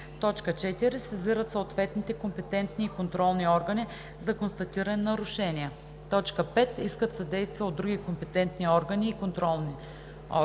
му; 4. сезират съответните компетентни и контролни органи за констатирани нарушения; 5. искат съдействие от други компетентни и контролни органи.“